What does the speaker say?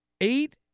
eight